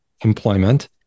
employment